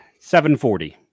740